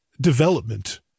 development